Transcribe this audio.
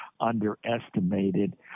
underestimated